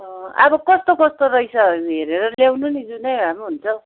अब कस्तो कस्तो रहेछ हेरेर ल्याउनु नि जुनै भए पनि हुन्छ हौ